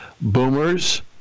boomers